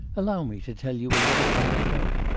allow me to tell you a little anecdote.